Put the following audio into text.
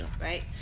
right